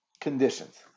conditions